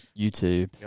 YouTube